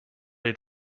had